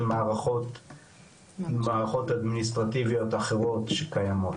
מערכות אדמיניסטרטיביות אחרות שקיימות,